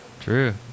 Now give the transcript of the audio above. True